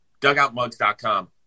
DugoutMugs.com